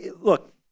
Look